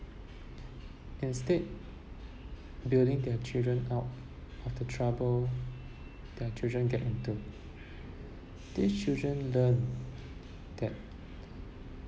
instead bailing their children out of the trouble their children get into these children learn that